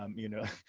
um you know,